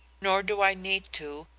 nor do i need to,